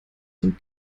dem